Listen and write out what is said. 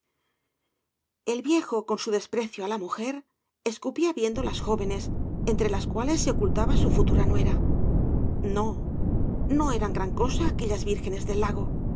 el viejo con su desprecio á la mujer escupía viendo las jóvenes entre las cuales se ocultaba su futura nuera no no eran gran cosa aquellas vírgenes del lago